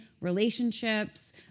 relationships